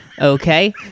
okay